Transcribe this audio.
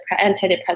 antidepressant